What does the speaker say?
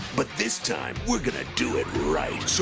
but this time, we're gonna do it right. so